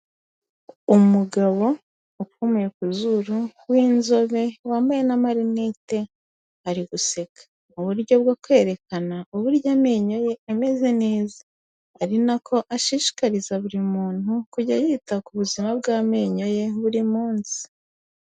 Umugabo upfumuye ku zuru, w'inzobe, wambaye n'amarinete ari guseka. Mu buryo bwo kwerekana, uburyo amenyo ye ameze neza; ari na ko ashishikariza buri muntu, kujya yita ku buzima bw'amenyo ye buri munsi.